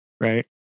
right